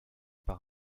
par